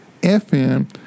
FM